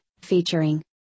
featuring